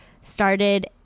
started